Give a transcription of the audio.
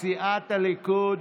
סיעת הליכוד,